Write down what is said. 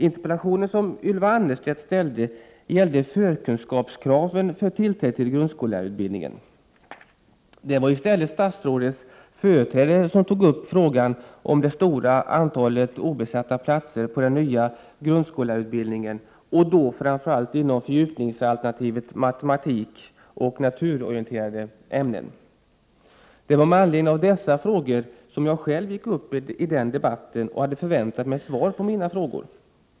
Interpellationen som Ylva Annerstedt ställde gällde kraven på förkunskaper för tillträde till grundskollärarutbildningen. Det var i stället statsrådes företrädare som tog upp frågan om det stora antalet obesatta platser på den nya grundskollärarutbildningen, och då framför allt i fråga om fördjupningsalternativet matematik och naturorienterande ämnen. Det var med anledning av dessa frågor som jag själv gick upp i den debatten och hade förväntat mig svar på mina frågor.